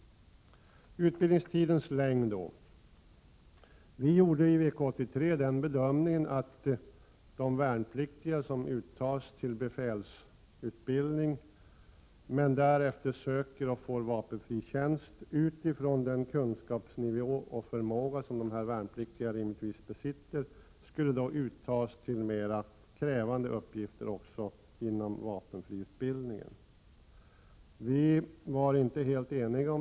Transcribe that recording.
Beträffande utbildningstidens längd gjorde vi i VK 83 den bedömningen att de värnpliktiga som uttas till befälsutbildning men därefter söker och får vapenfri tjänst med hänvisning till den kunskapsnivå och den förmåga som dessa värnpliktiga rimligtvis besitter skulle uttas till mera krävande uppgifter också inom vapenfriutbildningen.